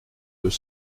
deux